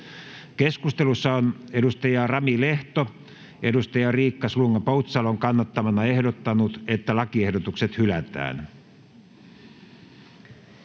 Keskustelussa on Rami Lehto Riikka Slunga-Poutsalon kannattamana ehdottanut, että lakiehdotukset hylätään.